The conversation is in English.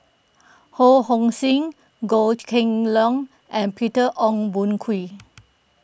Ho Hong Sing Goh Kheng Long and Peter Ong Boon Kwee